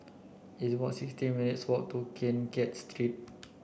it's about sixteen minutes' walk to Keng Kiat Street